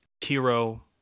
hero